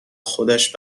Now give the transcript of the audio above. خودش